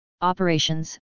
Operations